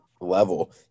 level